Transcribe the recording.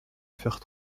faire